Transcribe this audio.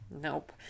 Nope